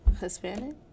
Hispanic